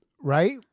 Right